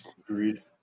Agreed